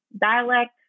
dialect